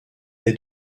est